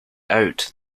out